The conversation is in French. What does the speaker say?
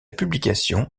publication